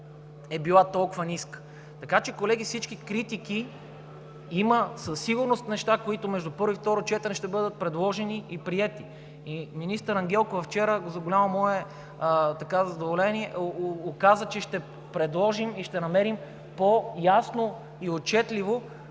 е била толкова ниска? Така че, колеги, с всички критики има със сигурност неща, които между първо и второ четене ще бъдат предложени и приети. Министър Ангелкова вчера, за голямо мое задоволение, указа, че ще предложим и ще намерим по-ясно и отчетливо